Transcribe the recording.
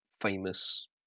famous